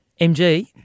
MG